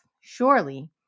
Surely